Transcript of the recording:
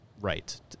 right